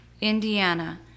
Indiana